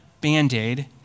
Band-Aid